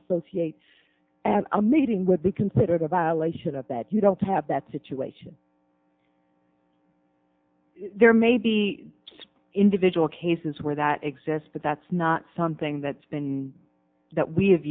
associate and a meeting with be considered a violation of that you don't have that situation there may be individual cases where that exists but that's not something that's been that we have